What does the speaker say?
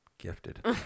Gifted